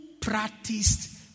practiced